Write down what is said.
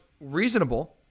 reasonable